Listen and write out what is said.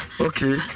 Okay